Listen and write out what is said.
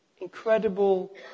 Incredible